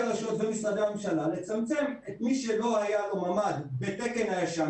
הרשויות ומשרדי הממשלה לצמצם את מי שלא היה לו ממ"ד בתקן הישן,